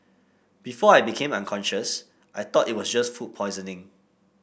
before I became unconscious I thought it was just food poisoning